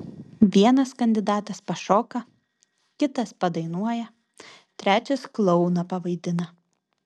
vienas kandidatas pašoka kitas padainuoja trečias klouną pavaidina